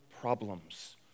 problems